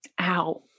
Ow